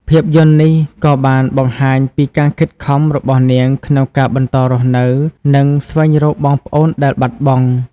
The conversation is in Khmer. ភាពយន្តនេះក៏បានបង្ហាញពីការខិតខំរបស់នាងក្នុងការបន្តរស់នៅ និងស្វែងរកបងប្អូនដែលបាត់បង់។